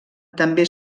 també